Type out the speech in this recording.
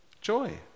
Joy